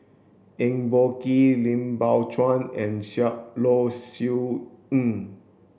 Eng Boh Kee Lim Biow Chuan and Low Siew Nghee